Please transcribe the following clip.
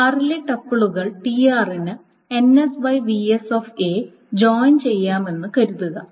r ലെ ടപ്പിളുകൾ tr ന് ജോയിൻ ചെയ്യാമെന്ന് കരുതുക